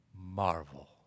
marvel